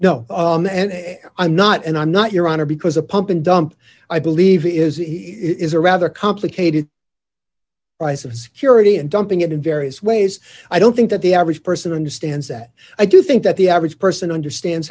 know and i'm not and i'm not your honor because a pump and dump i believe is that it is a rather complicated rise of security and dumping it in various ways i don't think that the average person understands that i do think that the average person understands